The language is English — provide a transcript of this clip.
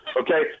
Okay